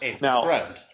Now